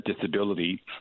disability